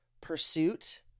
pursuit